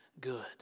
good